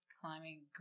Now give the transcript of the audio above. climbing